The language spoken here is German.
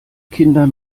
kinder